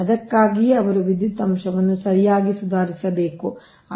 ಅದಕ್ಕಾಗಿಯೇ ಅವರು ವಿದ್ಯುತ್ ಅಂಶವನ್ನು ಸರಿಯಾಗಿ ಸುಧಾರಿಸಬೇಕು